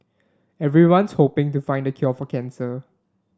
everyone's hoping to find the cure for cancer